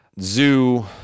Zoo